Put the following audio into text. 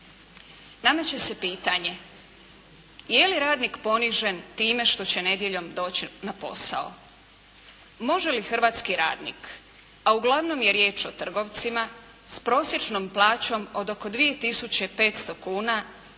Nameće se pitanje je li radnik ponižen time što će nedjeljom doći na posao. Može li hrvatski radnik, a uglavnom je riječ o trgovcima s prosječnom plaćom od oko 2500 kuna